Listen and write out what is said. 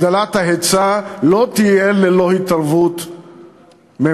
הגדלת ההיצע לא תהיה ללא התערבות ממשלתית,